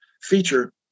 feature